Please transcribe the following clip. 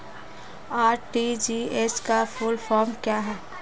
RTGS का full form क्या है?